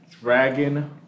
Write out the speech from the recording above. Dragon